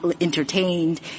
entertained